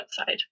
outside